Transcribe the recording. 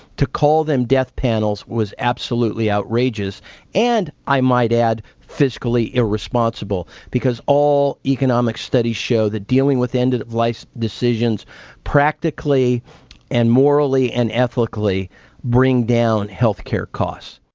to call them death panels was absolutely outrageous and, i might add, fiscally irresponsible, because all economic studies show that dealing with end of life decisions practically and morally and ethically bring down healthcare costs.